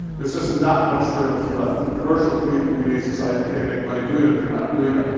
there's just not much journalism left. the commercial community has decided you can't make money doing it. they're not doing it.